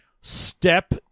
step